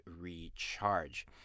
recharge